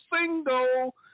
single